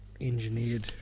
engineered